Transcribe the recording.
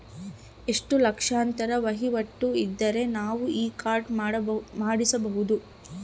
ಎಷ್ಟು ಲಕ್ಷಾಂತರ ವಹಿವಾಟು ಇದ್ದರೆ ನಾವು ಈ ಕಾರ್ಡ್ ಮಾಡಿಸಬಹುದು?